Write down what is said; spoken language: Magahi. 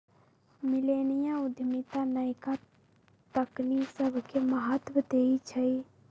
मिलेनिया उद्यमिता नयका तकनी सभके महत्व देइ छइ